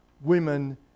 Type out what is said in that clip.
women